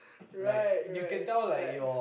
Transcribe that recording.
right right right